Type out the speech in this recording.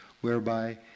whereby